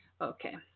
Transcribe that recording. okay